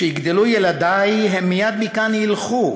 / כשיגדלו ילדי הם מייד מכאן ילכו,